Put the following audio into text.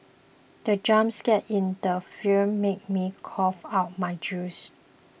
the jump scare in the film made me cough out my juice